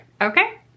Okay